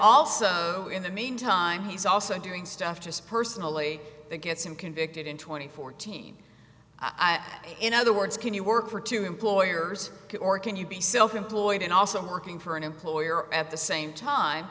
also in the meantime he's also doing stuff just personally that gets him convicted in two thousand and fourteen i think in other words can you work for two employers or can you be self employed and also working for an employer at the same time